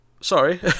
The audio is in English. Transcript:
sorry